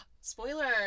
Spoiler